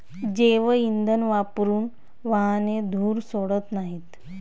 जैवइंधन वापरून वाहने धूर सोडत नाहीत